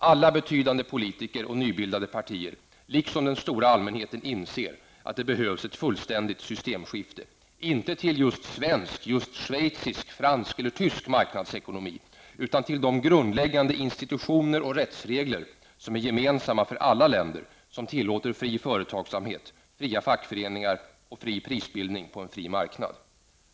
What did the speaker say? Alla betydande politiker och nybildade partier, liksom den stora allmänheten, inser att det behövs ett fullständigt systemskifte -- inte till svensk, schweizisk, fransk eller tysk marknadsekonomi utan till de grundläggande institutioner och rättsregler som är gemensamma för alla länder som tillåter fri företagsamhet, fria fackföreningar och fri prisbildning på en fri marknad.